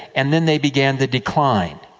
and then they began the decline.